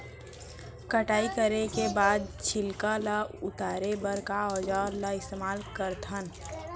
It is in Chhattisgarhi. कटाई करे के बाद छिलका ल उतारे बर का औजार ल इस्तेमाल करथे?